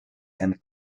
and